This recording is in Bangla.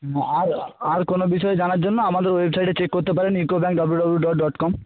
হুম আর আর কোনো বিষয়ে জানার জন্য আমাদের ওয়েবসাইটে চেক করতে পারেন UCO bank W W dot dot কম